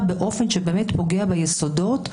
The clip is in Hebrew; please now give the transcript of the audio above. באופן שבאמת פוגע ביסודות הדמוקרטיה,